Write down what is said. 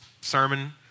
sermon